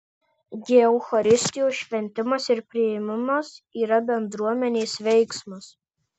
gi eucharistijos šventimas ir priėmimas yra bendruomenės veiksmas